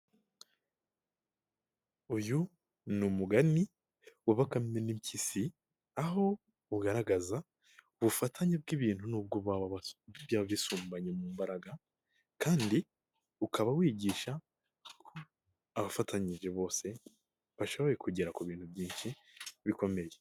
Uyu ni umugani waba Bakame n'impyisi, aho ugaragaza ubufatanye bw'ibintu n'u byaba bisumbanye mu mbaraga, kandi ukaba wigisha ko abafatanyije bose bashoboye kugera ku bintu byinshi bikomeye.